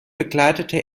begleitete